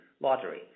lottery